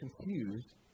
confused